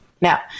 Now